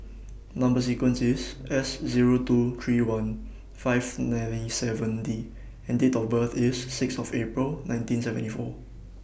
Number sequence IS S Zero two three one five nine seven D and Date of birth IS six of April nineteen seventy four